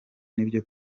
nibyo